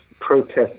protest